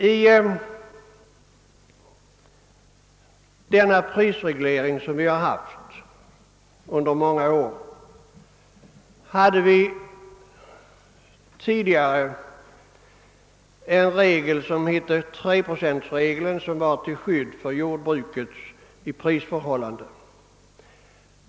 I den prisreglering som vi har haft under många år har tidigare funnits en regel som kallats treprocentregeln, vilken tjänade till skydd för jordbrukets pris förhållanden.